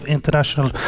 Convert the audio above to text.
International